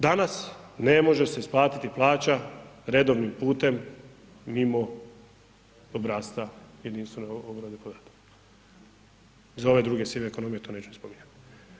Danas ne može se isplatiti plaća redovnim putem mimo obrasca o jedinstvenoj obradi podataka, za ove druge sive ekonomije to neću ni spominjat.